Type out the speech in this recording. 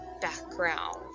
background